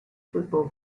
football